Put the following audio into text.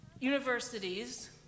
universities